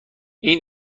این